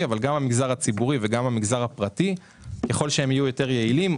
וגם המגזר הפרטי - ככל שהם יהיו יותר יעילים,